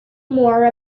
more